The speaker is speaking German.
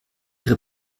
ihre